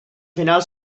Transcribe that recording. final